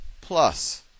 plus